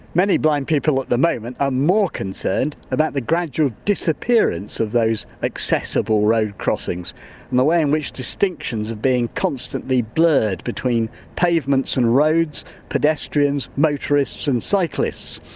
many blind people, at the moment are more concerned about the gradual disappearance of those accessible road crossings and the way in which distinctions are being constantly blurred between pavements and roads, pedestrians, motorists and cyclists.